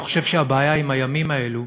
אני חושב שהבעיה עם הימים האלה,